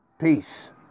Peace